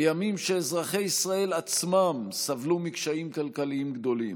בימים שאזרחי ישראל עצמם סבלו מקשיים כלכליים גדולים.